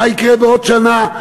מה יקרה בעוד שנה,